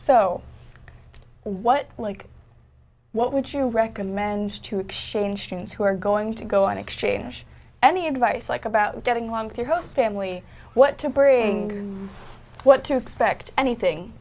so what like what would you recommend to exchange students who are going to go on exchange any advice like about getting one to host family what to bring what to expect anything